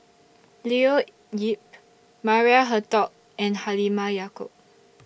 Leo Yip Maria Hertogh and Halimah Yacob